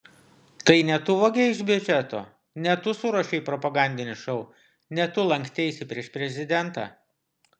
tai ne tu vogei iš biudžeto ne tu suruošei propagandinį šou ne tu lanksteisi prieš prezidentą